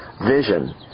vision